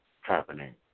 happening